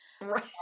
Right